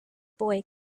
boy